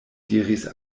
diris